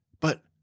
But